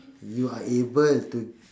you are able to